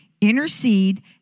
Intercede